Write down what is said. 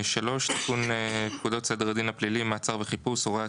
תיקון פקודת סדר הדין הפלילי (מעצר וחיפוש) הוראת